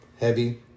heavy